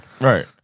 Right